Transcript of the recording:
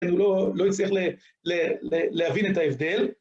הוא לא יצליח להבין את ההבדל.